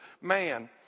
man